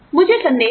मुझे संदेह है